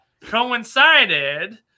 coincided